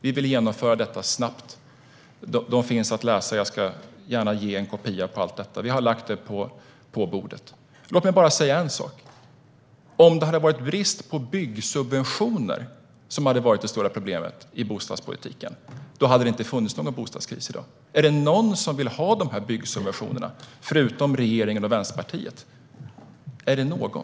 Vi vill genomföra detta snabbt. Dessa förenklingar finns att läsa - jag lämnar gärna över en kopia på allt detta. Vi har lagt upp det på bordet. Låt mig bara säga en sak. Om det hade varit brist på byggsubventioner som hade varit det stora problemet i bostadspolitiken hade det inte funnits någon bostadskris i dag. Är det någon som vill ha de här byggsubventionerna, förutom regeringen och Vänsterpartiet? Är det någon?